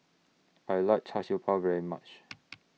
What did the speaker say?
I like Char Siew Bao very much